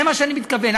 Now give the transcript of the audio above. זה מה שאני מתכוון,